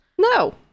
no